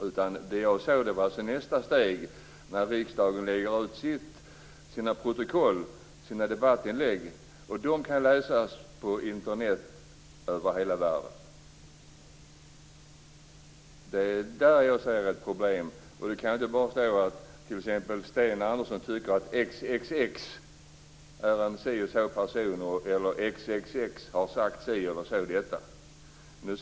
Det jag avsåg var nästa steg, när riksdagen lägger ut sina protokoll på Internet och de kan läsas över hela världen. Det är där som jag ser ett problem. Det kan ju inte stå att Sten Andersson tycker att XXX är en si och så person eller att XXX har sagt det ena eller det andra.